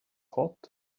hot